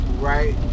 right